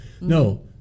no